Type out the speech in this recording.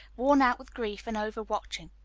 worn out with grief and over-watching.